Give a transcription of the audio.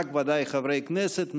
בוודאי רק חברי הכנסת.